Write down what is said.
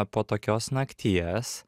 po tokios nakties